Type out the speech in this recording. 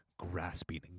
grasping